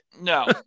No